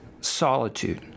solitude